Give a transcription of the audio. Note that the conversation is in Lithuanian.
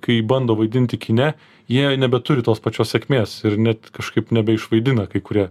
kai bando vaidinti kine jie nebeturi tos pačios sėkmės ir net kažkaip nebeišvaidina kai kurie